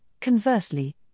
conversely